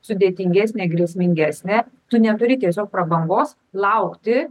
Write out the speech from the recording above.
sudėtingesnė grėsmingesnė tu neturi tiesiog prabangos laukti